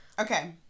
okay